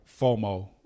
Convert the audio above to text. FOMO